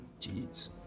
Jeez